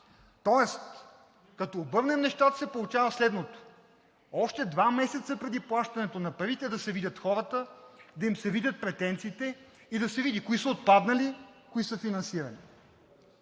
Тоест, като обърнем нещата, се получава следното: два месеца преди плащането на парите да се видят хората, да им се видят претенциите и да се види кои са отпаднали и кои са финансирани.